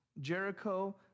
Jericho